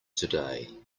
today